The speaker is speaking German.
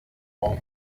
auf